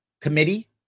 committee